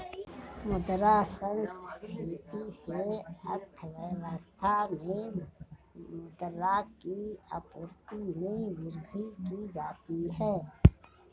मुद्रा संस्फिति से अर्थव्यवस्था में मुद्रा की आपूर्ति में वृद्धि की जाती है